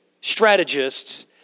strategists